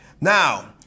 Now